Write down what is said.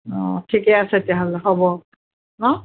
অঁ ঠিকে আছে তেতিয়াহ'লে হ'ব ন